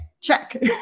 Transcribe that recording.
check